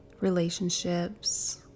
relationships